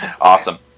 Awesome